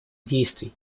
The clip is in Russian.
действий